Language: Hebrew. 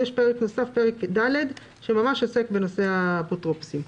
פרק ד' שעוסק בנושא האפוטרופוסים,